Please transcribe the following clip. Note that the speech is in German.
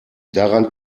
daran